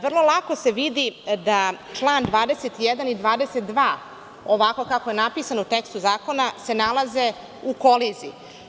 Vrlo lako se vidi da član 21. i član 22. ovako kako su napisani u tekstu zakona se nalaze u koliziji.